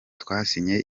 twasinye